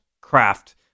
craft